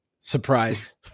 Surprise